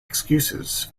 excuses